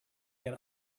get